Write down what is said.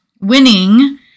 winning